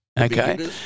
Okay